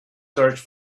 search